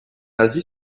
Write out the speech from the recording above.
asie